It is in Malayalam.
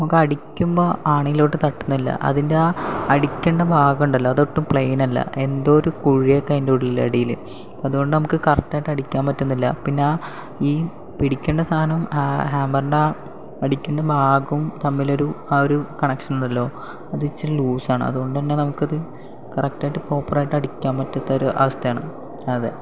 നമുക്കടിക്കുമ്പോൾ ആണിയിലോട്ട് തട്ടുന്നില്ല അതിൻ്റെ ആ അടിക്കേണ്ട ഭാഗമുണ്ടല്ലോ അതൊട്ടും പ്ലെയിനല്ല എന്തോ ഒരു കുഴിയൊക്കെ അതിന്റെയുള്ളിൽ അടിയിൽ അപ്പോൾ അതുകൊണ്ട് നമുക്ക് കറക്റ്റ് ആയിട്ട് അടിക്കാൻ പറ്റുന്നില്ല പിന്നെ ആ ഈ പിടിക്കണ സാധനവും ഹാമറിൻ്റെ ആ അടിക്കണ ഭാഗവും തമ്മിലൊരു ആ ഒരു കണക്ഷൻ ഉണ്ടല്ലോ അതിച്ചിരി ലൂസാണ് അതുകൊണ്ടുതന്നെ നമുക്കത് കറക്റ്റായിട്ട് പ്രോപ്പറായിട്ട് അടിക്കാൻ പറ്റാത്ത ഒരവസ്ഥയാണ് അതെ